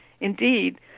indeed